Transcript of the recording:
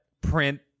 print